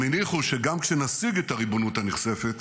הם הניחו שגם כשנשיג את הריבונות הנכספת